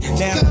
now